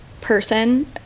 person